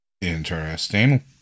Interesting